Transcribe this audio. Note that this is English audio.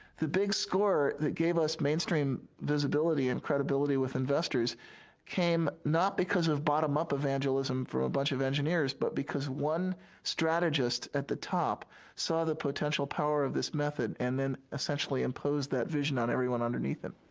the big score that gave us mainstream visibility and credibility with investors came not because of bottom up evangelism from a bunch of engineers, but because one strategist at the top saw the potential power of this method and then essentially imposed that vision on everyone underneath him.